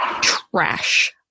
trash